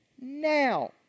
now